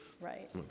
Right